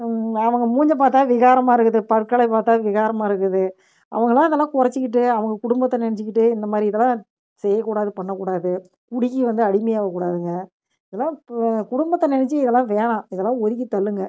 அவங்க மூஞ்சை பார்த்தா விகாரமாக இருக்குது பற்களை பார்த்தா விகாரமாக இருக்குது அவங்களாம் இதெல்லாம் குறச்சிகிட்டு அவங்க குடும்பத்தை நினச்சுக்கிட்டு இந்த மாதிரி இதெல்லாம் செய்யக்கூடாது பண்ணக்கூடாது குடிக்கு வந்து அடிமையாகக்கூடாதுங்க இதெல்லாம் ப குடும்பத்தை நினச்சி இதெல்லாம் வேணாம் இதெல்லாம் ஒதுக்கி தள்ளுங்க